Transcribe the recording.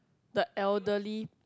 the elderly